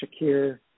Shakir